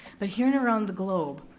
but here and around the globe,